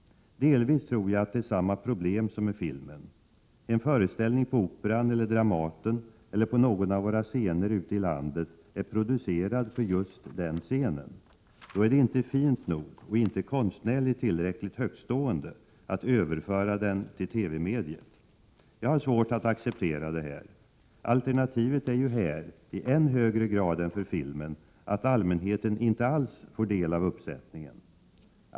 Delvis tror jag det är samma problem som med filmen. En föreställning på Operan eller Dramaten eller på någon av våra scener ute i landet är producerad för just den scenen. Då är det inte ”fint” nog och inte konstnärligt tillräckligt högtstående att överföra den till TV-mediet. Jag har svårt att acceptera detta. Alternativet är ju här — i än högre grad än för filmen — att allmänheten inte alls får del av uppsättningen.